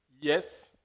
Yes